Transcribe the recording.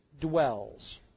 dwells